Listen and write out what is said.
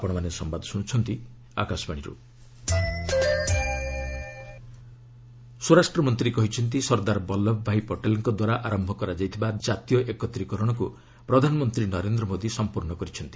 ଅମିତ ଶାହା ସ୍ୱରାଷ୍ଟ୍ରମନ୍ତ୍ରୀ କହିଛନ୍ତି ସର୍ଦ୍ଦାର ବଲ୍ଲଭ ଭାଇ ପଟେଲଙ୍କ ଦ୍ୱାରା ଆରମ୍ଭ କରାଯାଇଥିବା କାତୀୟ ଏକ୍ରତିକରଣକୁ ପ୍ରଧାନମନ୍ତ୍ରୀ ନରେନ୍ଦ୍ର ମୋଦୀ ସମ୍ପୂର୍ଣ୍ଣ କରିଛନ୍ତି